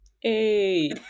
hey